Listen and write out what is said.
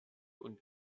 und